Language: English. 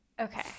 Okay